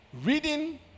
Reading